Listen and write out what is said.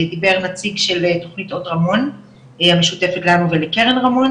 דיבר נציג תוכניות אות רמון המשותפת לנו ולקרן רמון